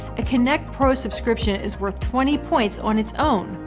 a kynect pro subscription is worth twenty points on its own.